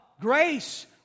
Grace